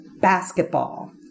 basketball